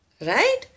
right